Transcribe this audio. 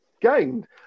gained